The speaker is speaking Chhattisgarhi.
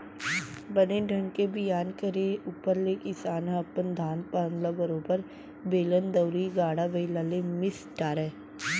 बने ढंग के बियान करे ऊपर ले किसान ह अपन धान पान ल बरोबर बेलन दउंरी, गाड़ा बइला ले मिस डारय